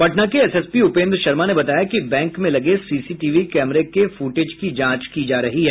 पटना के एसएसपी उपेन्द्र शर्मा ने बताया कि बैंक में लगे सीसीटीवी कैमरे के फूटेज की जांच की जा रही है